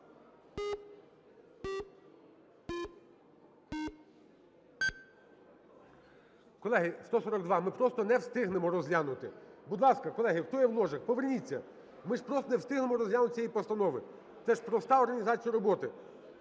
Колеги, 142, ми просто не встигнемо розглянути. Будь ласка, колеги, хто є в ложах, поверніться, ми ж просто не встигнемо розглянути цю постанову. Це ж проста організація роботи.